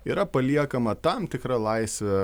yra paliekama tam tikra laisvė